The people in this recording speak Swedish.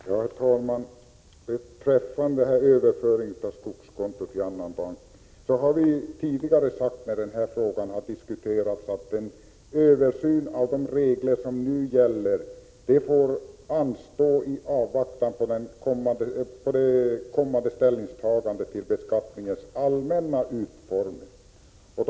Herr talman! Beträffande överföringen av skogskontot till annan bank har vi tidigare när den här frågan har diskuterats sagt att en översyn av de regler som nu gäller får anstå i avvaktan på det kommande ställningstagandet till beskattningens allmänna utformning.